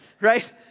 Right